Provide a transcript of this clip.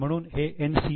म्हणून हे 'NCL'